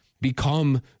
become